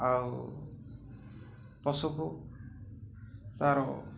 ଆଉ ପଶୁକୁ ତା'ର